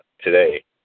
today